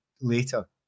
later